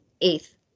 eighth